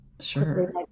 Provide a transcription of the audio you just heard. Sure